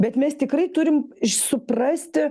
bet mes tikrai turim suprasti